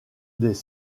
des